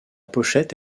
pochette